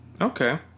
Okay